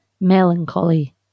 melancholy